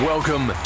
Welcome